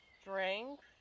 strength